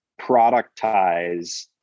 productize